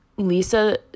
Lisa